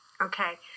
Okay